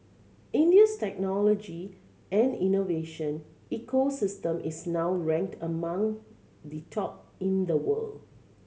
India's technology and innovation ecosystem is now ranked among the top in the world